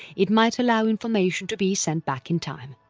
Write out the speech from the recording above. it might allow information to be sent back in time.